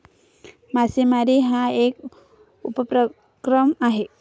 मासेमारी हा एक उपक्रम आहे